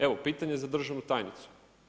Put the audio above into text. Evo pitanje za državnu tajnicu.